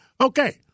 Okay